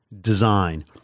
design